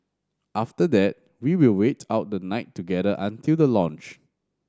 after that we will wait out the night together until the launch